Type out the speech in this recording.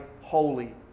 holy